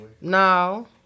No